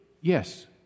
Yes